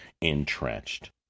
entrenched